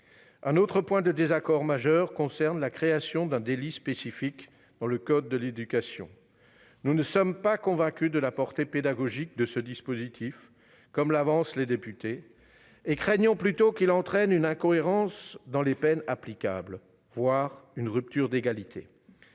Un autre point de désaccord majeur concerne la création d'un délit spécifique dans le code pénal. Nous ne sommes pas convaincus de la portée pédagogique de ce dispositif, qu'invoquent les députés, et craignons plutôt qu'il n'engendre une incohérence dans les peines applicables, voire une rupture d'égalité.